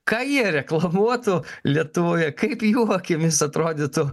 ką jie reklamuotų lietuvoje kaip jų akimis atrodytų